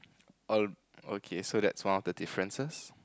oh okay so that's the amount of differences